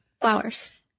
Flowers